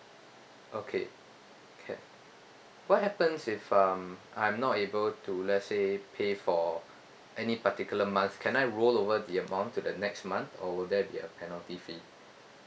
okay can what happens if um I'm not able to let's say pay for any particular month can I roll over the amount to the next month or will there be a penalty fee